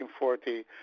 1940